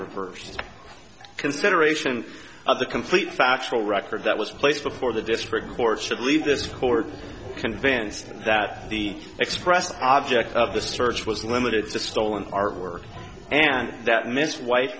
reversed in consideration of the complete factual record that was placed before the district court should leave this court convinced that the expressed object of the search was limited to stolen artwork and that miss white